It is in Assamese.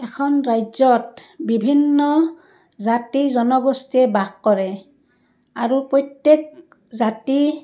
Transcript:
এখন ৰাজ্যত বিভিন্ন জাতি জনগোষ্ঠীয়ে বাস কৰে আৰু প্ৰত্যেক জাতি